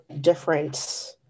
different